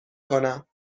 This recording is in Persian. کنم